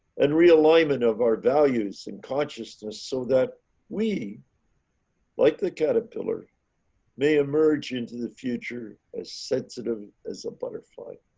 and realignment of our values and consciousness so that we like the caterpillar may emerge into the future as sensitive as a butterfly.